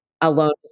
alone